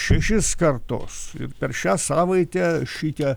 šešis kartus per šią savaitę šitie